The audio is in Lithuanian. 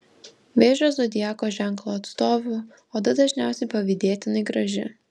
vėžio zodiako ženklo atstovių oda dažniausiai pavydėtinai graži